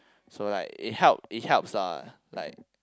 so like it help it helps lah like